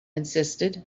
insisted